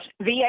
VA